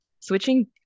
Switching